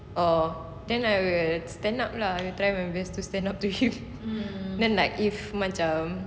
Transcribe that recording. oh then I will stand up lah try my best to stand up to him then like if macam